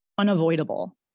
unavoidable